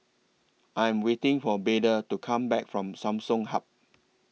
I Am waiting For Beda to Come Back from Samsung Hub